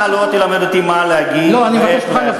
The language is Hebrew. אתה לא תלמד אותי מה להגיד ואיך להגיד.